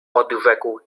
odrzekł